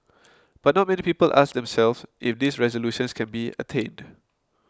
but not many people ask themselves if these resolutions can be attained